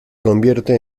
convierte